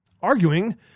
arguing